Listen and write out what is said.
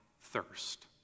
thirst